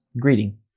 greeting